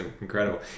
incredible